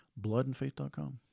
bloodandfaith.com